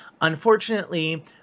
Unfortunately